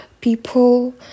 people